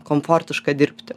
komfortiška dirbti